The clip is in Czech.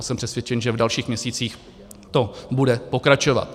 Jsem přesvědčen, že v dalších měsících to bude pokračovat.